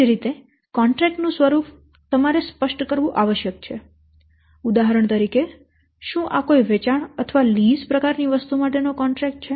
એ જ રીતે કોન્ટ્રેક્ટ નું સ્વરૂપ તમારે સ્પષ્ટ કરવું આવશ્યક છે ઉદાહરણ તરીકે શું આ કોઈ વેચાણ અથવા લીઝ પ્રકારની વસ્તુ માટેનો કોન્ટ્રેક્ટ છે